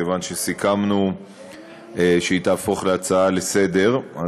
כיוון שסיכמנו שהיא תהפוך להצעה לסדר-היום.